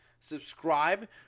subscribe